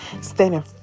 standing